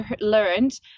learned